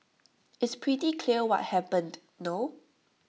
it's pretty clear what happened no